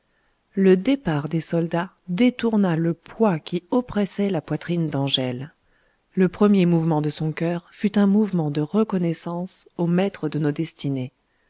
le départ des soldats détourna le poids qui oppressait la poitrine d'angèle le premier mouvement de son coeur fut un mouvement de reconnaissance au maître de nos destinées